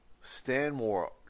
Stanmore